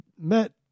met